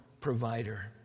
provider